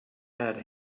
had